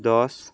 ଦଶ